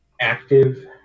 active